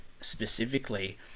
specifically